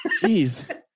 Jeez